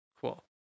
Cool